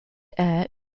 air